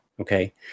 okay